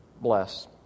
bless